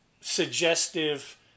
suggestive